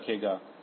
तो यह TH0 TL0